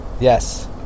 Yes